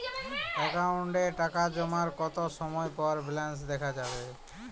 অ্যাকাউন্টে টাকা জমার কতো সময় পর ব্যালেন্স দেখা যাবে?